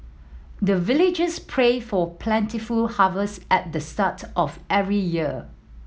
the villagers pray for plentiful harvest at the start of every year